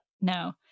no